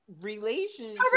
Relations